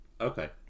Okay